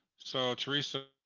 so, theresa,